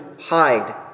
hide